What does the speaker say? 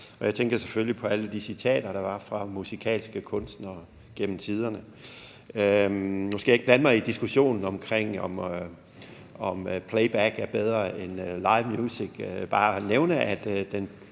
Jeg tænker selvfølgelig på alle de citater, der var fra musikalske kunstnere gennem tiderne. Jeg skal ikke blande mig i diskussionen om, hvorvidt playback er bedre end livemusik, men jeg vil bare nævne, at den